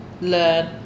learn